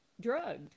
drugged